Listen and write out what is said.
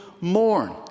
mourn